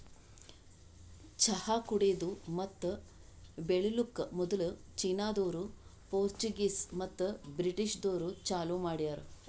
ಚಹಾ ಕುಡೆದು ಮತ್ತ ಬೆಳಿಲುಕ್ ಮದುಲ್ ಚೀನಾದೋರು, ಪೋರ್ಚುಗೀಸ್ ಮತ್ತ ಬ್ರಿಟಿಷದೂರು ಚಾಲೂ ಮಾಡ್ಯಾರ್